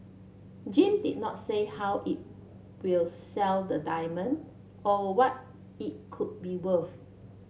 Gem did not say how it will sell the diamond or what it could be